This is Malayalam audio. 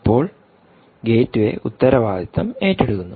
ഇപ്പോൾ ഗേറ്റ്വേ ഉത്തരവാദിത്തം ഏറ്റെടുക്കുന്നു